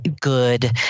good